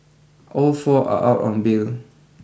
all four are out on bail